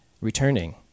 returning